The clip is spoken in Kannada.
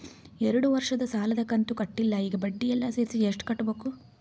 ಎರಡು ವರ್ಷದ ಸಾಲದ ಕಂತು ಕಟ್ಟಿಲ ಈಗ ಬಡ್ಡಿ ಎಲ್ಲಾ ಸೇರಿಸಿ ಎಷ್ಟ ಕಟ್ಟಬೇಕು?